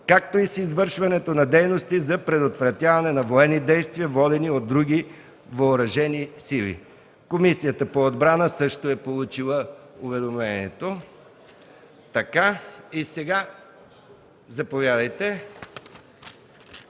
както и с извършването на дейности за предотвратяване на военни действия, водени от други въоръжени сили. Комисията по отбрана също е получила уведомлението.